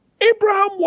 Abraham